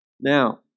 Now